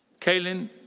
cailin